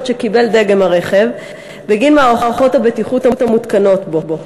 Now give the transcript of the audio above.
שקיבל דגם הרכב בגין מערכות הבטיחות המותקנות בו,